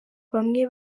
bamwe